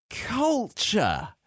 culture